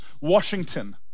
Washington